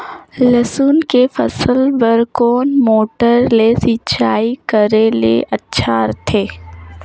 लसुन के फसल बार कोन मोटर ले सिंचाई करे ले अच्छा रथे?